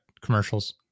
commercials